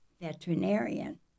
veterinarian